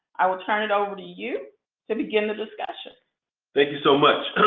i will turn it over to you to begin the discussion. thank you so much.